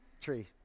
Three